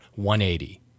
180